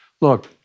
Look